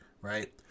right